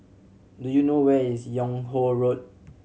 do you know where is Yung Ho Road